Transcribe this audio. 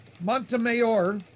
Montemayor